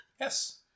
Yes